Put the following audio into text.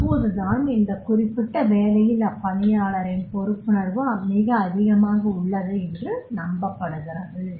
அப்போதுதான் அந்த குறிப்பிட்ட வேலையில் அப்பணியாளரின் பொறுப்புணர்வு மிக அதிகமாக உள்ளது என்று நம்பப்படுகிறது